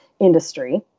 industry